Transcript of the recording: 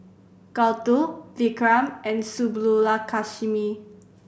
Gouthu Vikram and Subbulakshmi